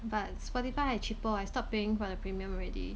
but spotify cheaper I stopping for the premium already